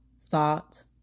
thought